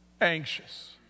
Anxious